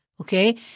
okay